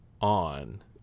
on